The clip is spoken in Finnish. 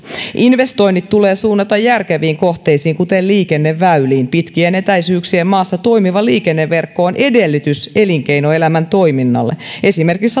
investoinnit tulee suunnata järkeviin kohteisiin kuten liikenneväyliin pitkien etäisyyksien maassa toimiva liikenneverkko on edellytys elinkeinoelämän toiminnalle esimerkiksi